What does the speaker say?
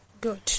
good